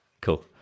cool